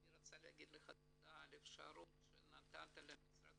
אני רוצה לומר לך תודה על האפשרות שנתת למשרד